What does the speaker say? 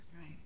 Right